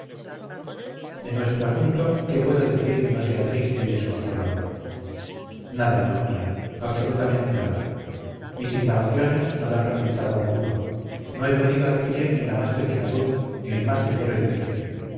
de nuestro asunto qué puedo decir que no sea triste y desconsolador nada hijo mío absolutamente nada mis indagaciones no dan resultado alguno no he podido adquirir ni la más pequeña luz ni el más ligero indicio